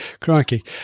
Crikey